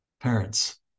parents